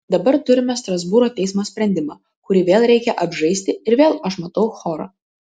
dabar turime strasbūro teismo sprendimą kurį vėl reikia apžaisti ir vėl aš matau chorą